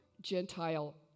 Gentile